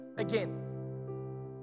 Again